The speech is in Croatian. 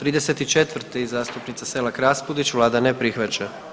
34. zastupnica Selak Raspudić, vlada ne prihvaća.